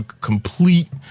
Complete